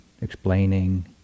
explaining